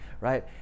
right